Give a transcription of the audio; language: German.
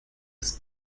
des